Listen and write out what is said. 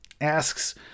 asks